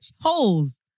Holes